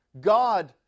God